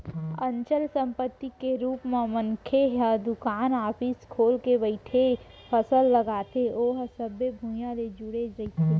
अचल संपत्ति के रुप म मनखे ह दुकान, ऑफिस खोल के बइठथे, फसल लगाथे ओहा सबे भुइयाँ ले जुड़े रहिथे